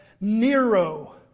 Nero